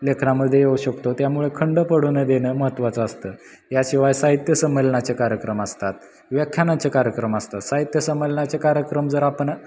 लेखनामध्ये येऊ शकतो त्यामुळे खंड पडू न देणं महत्वाचं असतं याशिवाय साहित्य संमेलनाचे कार्यक्रम असतात व्याख्यानाचे कार्यक्रम असतात साहित्य संमेलनाचे कार्यक्रम जर आपण